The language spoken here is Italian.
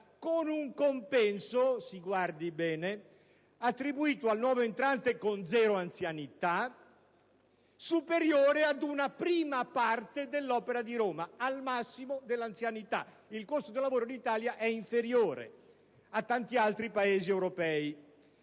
con un compenso - si badi bene, attribuito al nuovo entrante a zero anzianità - superiore ad una prima parte dell'Opera di Roma al massimo dell'anzianità. Il costo del lavoro in Italia è inferiore a quello rilevabile in